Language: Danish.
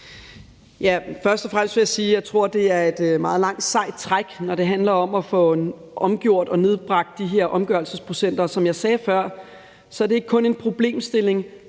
Først og fremmest vil jeg sige, at jeg tror, det er et meget langt sejt træk, når det handler om at få omgjort og nedbragt de her omgørelsesprocenter. Som jeg sagde før, er det ikke kun en problemstilling